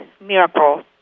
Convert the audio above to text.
miracle